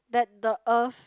that the earth